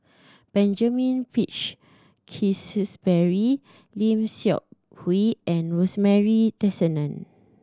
Benjamin Peach Keasberry Lim Seok Hui and Rosemary Tessensohn